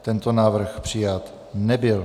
Tento návrh přijat nebyl.